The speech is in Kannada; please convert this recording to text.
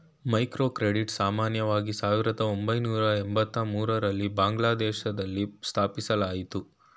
ಮೈಕ್ರೋಕ್ರೆಡಿಟ್ ಸಾಮಾನ್ಯವಾಗಿ ಸಾವಿರದ ಒಂಬೈನೂರ ಎಂಬತ್ತಮೂರು ರಲ್ಲಿ ಬಾಂಗ್ಲಾದೇಶದಲ್ಲಿ ಸ್ಥಾಪಿಸಲಾಯಿತು